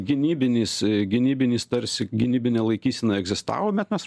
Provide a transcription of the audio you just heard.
gynybinis gynybinis tarsi gynybinė laikysena egzistavo bet mes